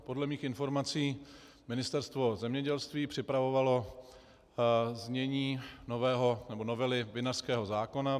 Podle mých informací Ministerstvo zemědělství připravovalo znění novely vinařského zákona.